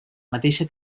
mateixa